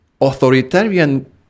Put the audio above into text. authoritarian